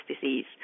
disease